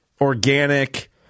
organic